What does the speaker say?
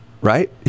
Right